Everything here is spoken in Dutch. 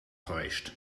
geweest